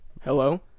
hello